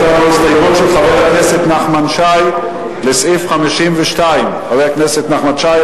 יש לנו הסתייגות של חבר הכנסת נחמן שי לסעיף 52. חבר הכנסת נחמן שי,